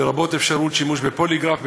לרבות אפשרות השימוש בפוליגרף,